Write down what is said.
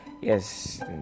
Yes